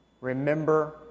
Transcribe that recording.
remember